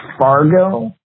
Fargo